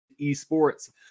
esports